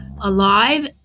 alive